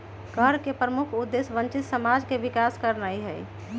कर के प्रमुख उद्देश्य वंचित समाज के विकास करनाइ हइ